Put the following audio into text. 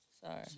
sorry